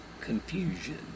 confusion